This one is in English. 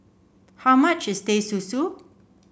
how much is Teh Susu